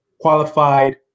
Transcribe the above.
qualified